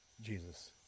Jesus